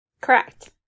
Correct